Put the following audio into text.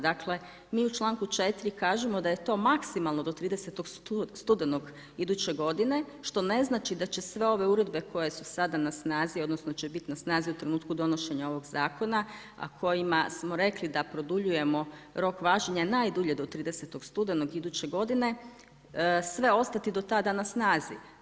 Dakle mi u članku 4. kažemo da je to maksimalno do 30. studenog iduće godine što ne znači da će sve ove uredbe koje su sada na snazi, odnosno će biti na snazi u trenutku donošenja ovog zakona a kojima smo rekli da produljujemo rok važenja najdulje do 30. studenog iduće godine sve ostati do tada na snazi.